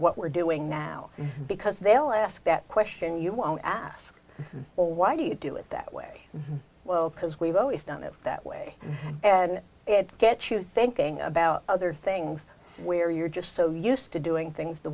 what we're doing now because they'll ask that question you won't ask well why do you do it that way well because we've always done it that way and it gets you thinking about other things where you're just so used to doing things the